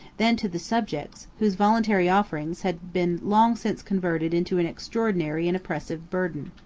than to the subjects, whose voluntary offerings had been long since converted into an extraordinary and oppressive burden.